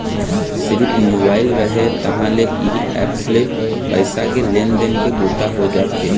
सिरिफ मोबाईल रहय तहाँ ले इही ऐप्स ले पइसा के लेन देन के बूता हो जाथे